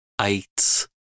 eight